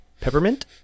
Peppermint